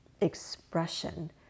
expression